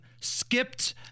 skipped